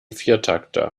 viertakter